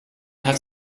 hat